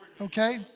okay